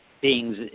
beings